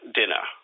dinner